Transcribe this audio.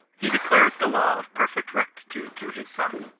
he declares the law of perfect rectitude through, his son.